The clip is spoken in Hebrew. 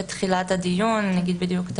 בתחילת הדיון.